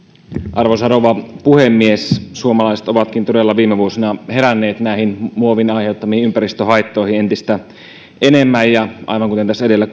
arvoisa rouva puhemies suomalaiset ovatkin todella viime vuosina heränneet näihin muovin aiheuttamiin ympäristöhaittoihin entistä enemmän aivan kuten tässä edellä